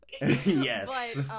Yes